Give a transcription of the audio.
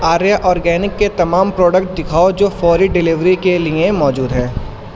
Arya organic کے تمام product دکھاؤ جو فوری ڈلیوری کے لیے موجود ہے